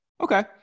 Okay